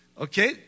Okay